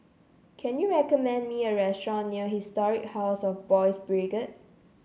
can you recommend me a restaurant near Historic House of Boys' Brigade